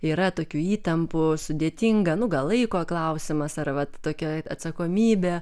yra tokių įtampų sudėtinga nu gal laiko klausimas ar vat tokia atsakomybė